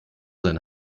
sein